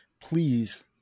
please